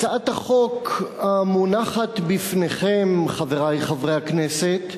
הצעת החוק המונחת בפניכם, חברי חברי הכנסת,